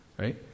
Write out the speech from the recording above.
right